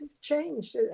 changed